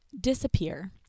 disappear